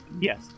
Yes